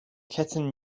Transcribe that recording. kitten